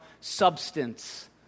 substance